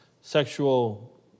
sexual